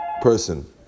person